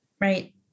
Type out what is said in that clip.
right